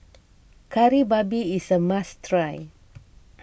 Kari Babi is a must try